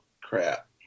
crap